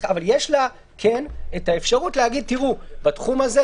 אבל כן יש לה אפשרות להגיד: בתחום הזה,